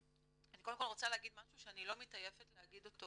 אני קודם כל רוצה להגיד משהו שאני לא מתעייפת להגיד אותו.